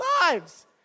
lives